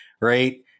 right